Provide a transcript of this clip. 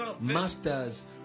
masters